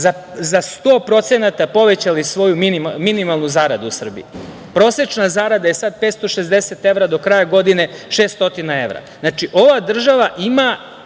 povećali svoju minimalnu zaradu u Srbiji. Prosečna zarada je sada 560 evra, do kraja godine 600 evra. Znači, ova država ima